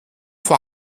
vor